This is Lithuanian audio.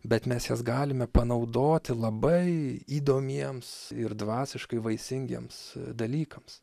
bet mes jas galime panaudoti labai įdomiems ir dvasiškai vaisingiems dalykams